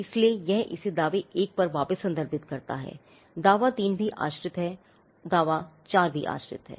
इसलिए यह इसे दावे 1 पर वापस संदर्भित करता है दावा 3 भी आश्रित है दावा 4 भी आश्रित है